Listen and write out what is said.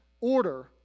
order